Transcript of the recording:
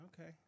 okay